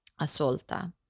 assolta